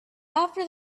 after